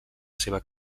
seva